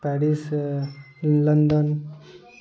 Paris London